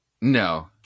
no